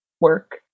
work